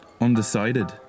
Undecided